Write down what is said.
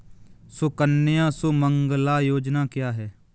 सुकन्या सुमंगला योजना क्या है?